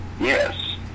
Yes